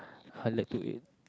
I like to eat